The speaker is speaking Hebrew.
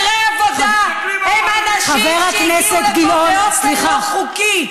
מהגרי עבודה הם אנשים שהגיעו לפה באופן לא חוקי.